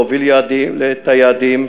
להוביל את היעדים,